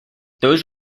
those